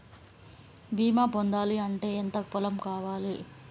బీమా పొందాలి అంటే ఎంత పొలం కావాలి?